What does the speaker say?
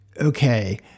okay